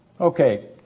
Okay